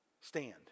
stand